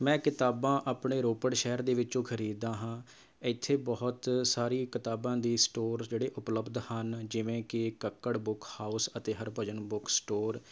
ਮੈਂ ਕਿਤਾਬਾਂ ਆਪਣੇ ਰੋਪੜ ਸ਼ਹਿਰ ਦੇ ਵਿੱਚੋਂ ਖਰੀਦਦਾ ਹਾਂ ਇੱਥੇ ਬਹੁਤ ਸਾਰੀ ਕਿਤਾਬਾਂ ਦੀ ਸਟੋਰ ਜਿਹੜੇ ਉਪਲਬਧ ਹਨ ਜਿਵੇਂ ਕਿ ਕੱਕੜ ਬੁੱਕ ਹਾਊਸ ਅਤੇ ਹਰਭਜਨ ਬੁੱਕ ਸਟੋਰ